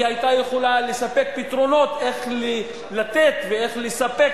היא היתה יכולה לספק פתרונות איך לתת ואיך לספק